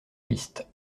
pistes